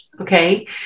okay